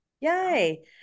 yay